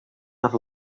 have